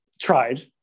Tried